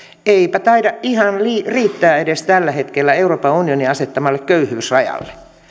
ihan taida tällä hetkellä riittää edes euroopan unionin asettamaan köyhyysrajaan